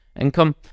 income